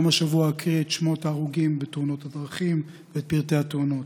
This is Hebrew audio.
גם השבוע אקריא את שמות ההרוגים בתאונות הדרכים ואת פרטי התאונות.